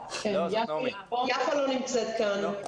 יפה לא נמצאת כאן.